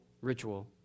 ritual